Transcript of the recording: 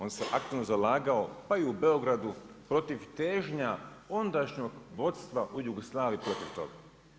On se aktivno zalagao, pa i u Beogradu protiv težnja ondašnjeg vodstva u Jugoslaviji protiv toga.